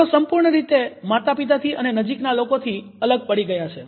તેઓ સંપૂર્ણ રીતે માતાપિતાથી અને નજીકના લોકોથી અલગ પડી ગયા છે